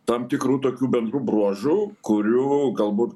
tam tikrų tokių bendrų bruožų kurių galbūt